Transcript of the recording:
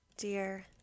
Dear